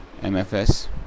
MFS